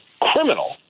criminal